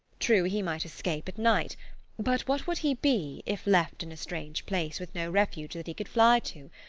true, he might escape at night but what would he be, if left in a strange place with no refuge that he could fly to?